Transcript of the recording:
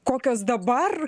kokios dabar